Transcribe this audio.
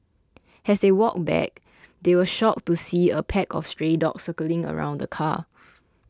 as they walked back they were shocked to see a pack of stray dogs circling around the car